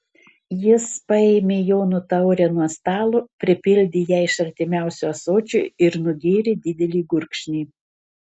jis paėmė jono taurę nuo stalo pripildė ją iš artimiausio ąsočio ir nugėrė didelį gurkšnį